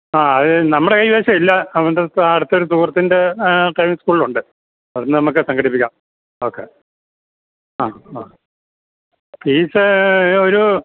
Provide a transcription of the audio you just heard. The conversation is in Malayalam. ആ അത് നമ്മുടെ കൈവശം ഇല്ല അതുകൊണ്ട് സാർ അടുത്തൊരു സുഹൃത്തിൻ്റെ ഡ്രൈവിങ് സ്കൂളിലൊണ്ട് അവിടുന്ന് നമുക്ക് സങ്കടിപ്പിക്കാം ഓക്കെ ആ ആ ഫീസ് ഒരു